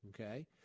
okay